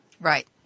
Right